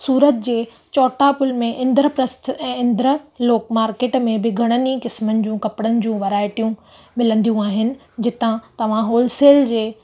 सूरत जे चौटापुल में इंद्रप्रस्थ ऐं इंद्रालोक मार्केट में बि घणनि ई किस्मनि जूं कपिड़नि जूं वैराइटियूं मिलंदियूं आहिनि जितां तव्हां होलसेल जे